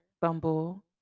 Bumble